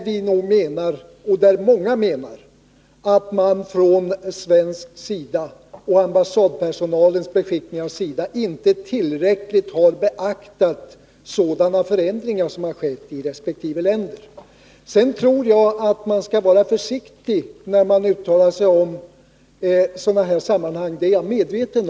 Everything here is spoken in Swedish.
Vi— och många med oss — menar att man från svensk sida och även från ambassadpersonalens sida inte tillräckligt har beaktat de förändringar som har skett i resp. länder. Jag är medveten om att man skall vara försiktig när man uttalar sig i sådana här sammanhang.